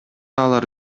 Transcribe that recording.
алар